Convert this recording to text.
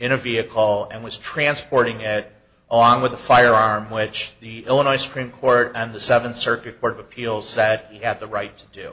in a vehicle and was transporting at on with a firearm which the illinois supreme court and the seventh circuit court of appeals sat at the right do